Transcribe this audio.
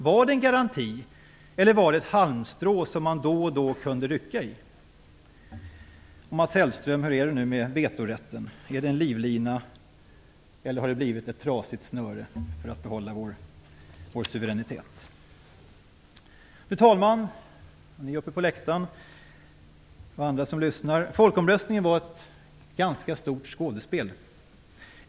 Blev det en garanti eller ett halmstrå som man då och då kunde rycka i? Hur är det, Mats Hellström, med vetorätten? Är det en livlina eller har den blivit ett trasigt snöre för att behålla vår suveränitet? Fru talman! Ni som sitter på läktaren och andra som lyssnar! Folkomröstningen var ett ganska stort skådespel.